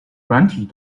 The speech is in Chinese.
软体